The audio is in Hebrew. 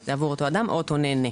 זה עבור אותו אדם או אותו נהנה.